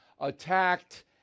attacked